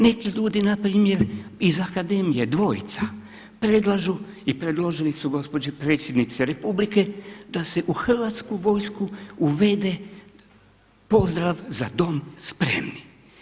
Neki ljudi npr. iz akademije, dvojica, predlažu i predložili su gospođi Predsjednici Republike da se u Hrvatsku vojsku uvede pozdrav: Za Dom spremni!